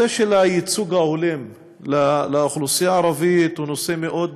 הייצוג ההולם לאוכלוסייה הערבית הוא נושא מאוד